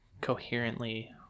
coherently